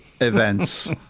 events